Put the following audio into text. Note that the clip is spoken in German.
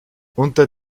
unter